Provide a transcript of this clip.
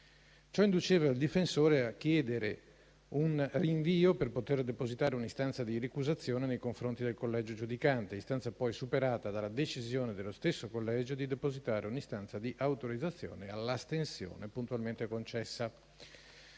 Ciò induceva il difensore a chiedere un rinvio per poter depositare un'istanza di ricusazione nei confronti del collegio giudicante, istanza poi superata dalla decisione dello stesso collegio di depositare un'istanza di autorizzazione all'astensione, puntualmente concessa.